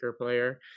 player